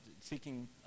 seeking